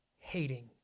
hating